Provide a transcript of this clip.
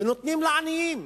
ונותנים לעניים.